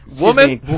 woman